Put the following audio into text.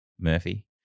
Murphy